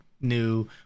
new